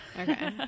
Okay